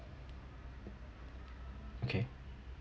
okay